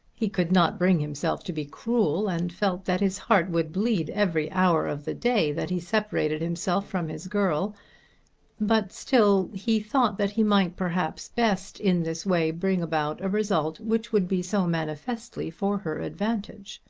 he could not bring himself to be cruel and felt that his heart would bleed every hour of the day that he separated himself from his girl but still he thought that he might perhaps best in this way bring about a result which would be so manifestly for her advantage.